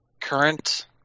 current